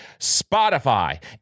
spotify